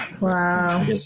Wow